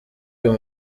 uyu